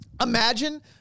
Imagine